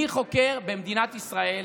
מי חוקר במדינת ישראל,